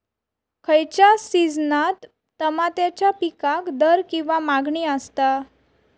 खयच्या सिजनात तमात्याच्या पीकाक दर किंवा मागणी आसता?